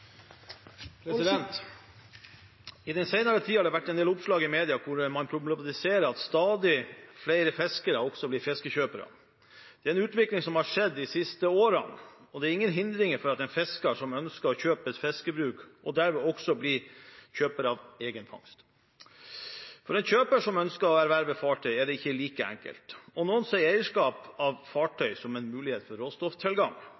oppslag i media hvor det problematiseres at stadig flere fiskere også blir fiskekjøpere. Dette er en utvikling som har skjedd de siste årene, og det er ingen hindringer for en fisker som ønsker å kjøpe et fiskebruk og derved også bli kjøper av egen fangst. For en kjøper som ønsker å erverve et fartøy er det ikke like enkelt, noen ser eierskap av